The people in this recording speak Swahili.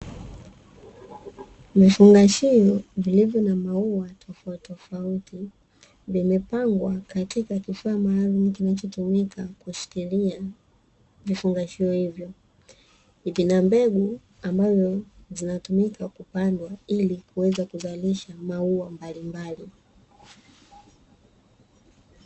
Vifungashio vilivyo na maua tofauti tofauti vimepangwa katika vifaa maalumu kinachotumika kushikilia vifungashio hivyo, vina mbegu zinatumika kupandwa ili kuweza kuzalisha maua mbalimbali.